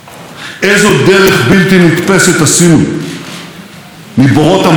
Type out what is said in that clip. המוות בגלות לקיום ריבוני בארץ אבותינו,